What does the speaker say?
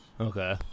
okay